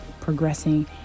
progressing